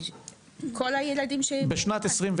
19,047